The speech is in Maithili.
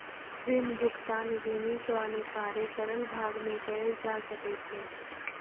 ऋण भुगतान ऋणीक अनुसारे सरल भाग में कयल जा सकै छै